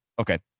okay